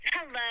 Hello